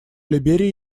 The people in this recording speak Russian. либерии